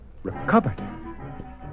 recovered